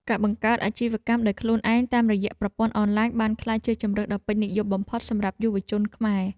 ការបង្កើតអាជីវកម្មដោយខ្លួនឯងតាមរយៈប្រព័ន្ធអនឡាញបានក្លាយជាជម្រើសដ៏ពេញនិយមបំផុតសម្រាប់យុវជនខ្មែរ។